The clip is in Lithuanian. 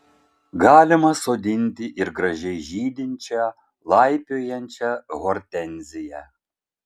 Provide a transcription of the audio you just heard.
galima sodinti ir gražiai žydinčią laipiojančią hortenziją